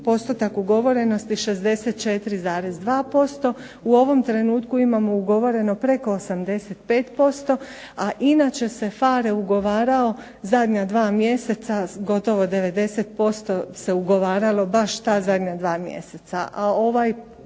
U ovom trenutku imamo ugovoreno preko 85%, a inače se PHARE ugovarao za na dva mjeseca, gotovo 90% se ugovaralo baš ta zadnja dva mjeseca,